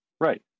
right